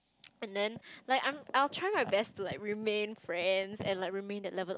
and then like I'm I will try my best to like remain friends and remain that level